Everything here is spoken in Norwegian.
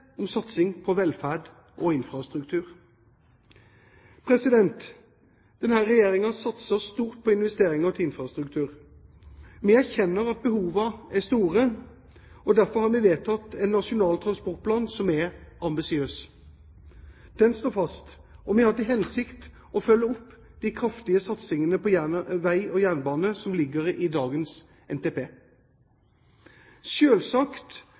om satsing på velferd og infrastruktur. Denne regjeringen satser stort på investeringer til infrastruktur. Vi erkjenner at behovene er store, og derfor har vi vedtatt en Nasjonal transportplan som er ambisiøs. Den står fast, og vi har til hensikt å følge opp de kraftige satsingene på vei og jernbane som ligger i dagens NTP.